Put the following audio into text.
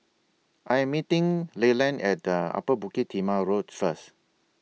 I Am meeting Leland At Upper Bukit Timah Road First